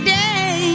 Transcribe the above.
day